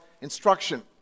instruction